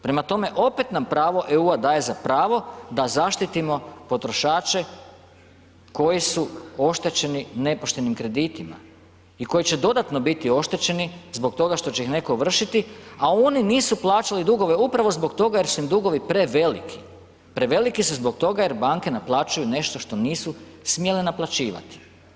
Prema tome, opet nam pravo EU-a da je za pravo da zaštitimo potrošače koji su oštećeni nepoštenim kreditima i koji će dodatno biti oštećeni zbog toga što će ih netko vršiti a oni nisu plaćali dugove upravo zbog toga jer su im dugovi preveliki, preveliki su zbog toga jer banke naplaćuju nešto što nisu smjele naplaćivati.